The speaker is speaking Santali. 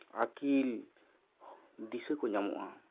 ᱟᱹᱠᱤᱞ ᱫᱤᱥᱟᱹ ᱠᱚ ᱧᱟᱢᱚᱜᱼᱟ